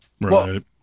Right